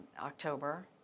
October